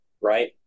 right